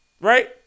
right